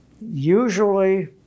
Usually